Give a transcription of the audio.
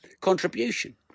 contribution